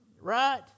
right